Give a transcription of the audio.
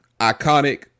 iconic